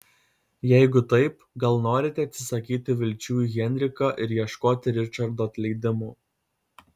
jeigu taip gal norite atsisakyti vilčių į henriką ir ieškoti ričardo atleidimo